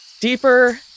deeper